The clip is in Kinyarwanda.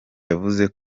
yavuze